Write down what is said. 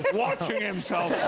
but watching himself.